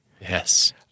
Yes